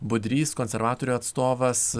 budrys konservatorių atstovas